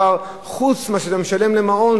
חוץ מזה שאתה משלם למעון,